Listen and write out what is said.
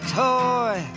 toy